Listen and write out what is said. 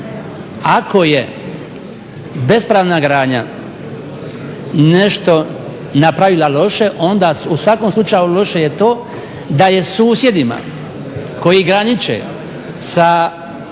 Ako je bespravna gradnja nešto napravila loše onda u svakom slučaju je loše to da je susjedima koji graniče sa